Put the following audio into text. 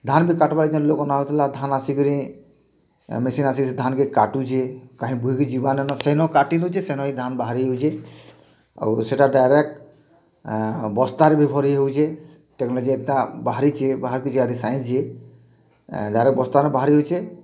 ଧାନ୍ ବି କାଟ୍ବାର୍ ଯେନ୍ ଲୋକ୍ ନାଇଁ ଆଉଥିଲେ ଧାନ୍ ଆସିକିରି ମେସିନ୍ ଆସିକରି ସେଇ ଧାନ୍ ବି କାଟୁଛେ କାହିଁ ବୁହିକି ଯିବାର୍ ନାଇନ ସେଇନ କାଟିଦଉଛେ ସେଇନ ଏଇ ଧାନ୍ ବାହାରି ଯାଉଛେ ଆଉ ସେଟା ଡାଇରେକ୍ଟ୍ ବସ୍ତାରେ ବି ଭରି ହେଇଯାଉଛେ ଟେକ୍ନୋଲୋଜି ଏତେ ବାହାରିଛେ ବାହାରିଛେ ଯେ ଆଜି ସାଇନ୍ସ୍ ଯେ ଆରୁ ବସ୍ତାନୁ ବାହାରିଯାଉଛେ